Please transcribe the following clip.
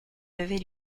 devais